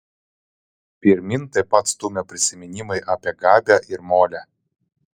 pirmyn taip pat stūmė prisiminimai apie gabę ir molę